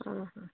ହଁ ହଁ